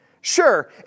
Sure